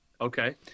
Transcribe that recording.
Okay